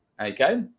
okay